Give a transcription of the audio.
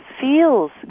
feels